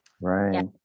right